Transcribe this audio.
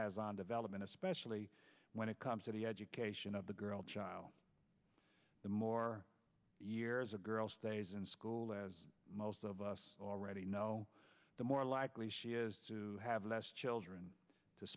has on development especially when it comes to the education of the girl child the more years a girl stays in school as most of us already know the more likely she is to have less children to